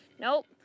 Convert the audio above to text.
nope